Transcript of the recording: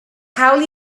hawl